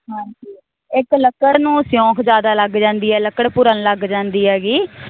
ਹਾਂਜੀ ਇੱਕ ਲੱਕੜ ਨੂੰ ਸਿਓਂਕ ਜ਼ਿਆਦਾ ਲੱਗ ਜਾਂਦੀ ਐ ਲੱਕੜ ਭੁਰਨ ਲੱਗ ਜਾਂਦੀ ਐਗੀ